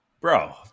bro